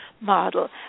model